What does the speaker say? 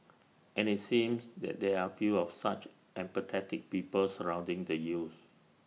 and IT seems that there are few of such empathetic people surrounding the youths